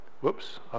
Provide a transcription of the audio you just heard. whoops